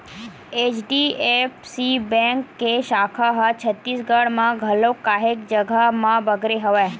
HDFC bank के साखा ह छत्तीसगढ़ म घलोक काहेच जघा म बगरे हवय